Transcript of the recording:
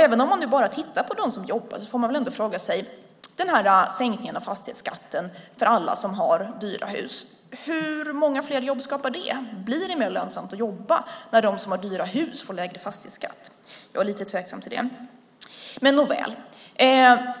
Även om man bara tittar på dem som jobbar får man väl ändå fråga sig: Den här sänkningen av fastighetsskatten för alla som har dyra hus, hur många fler jobb skapar det? Blir det mer lönsamt att jobba när de som har dyra hus får lägre fastighetsskatt? Jag är lite tveksam till det. Nåväl,